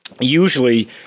Usually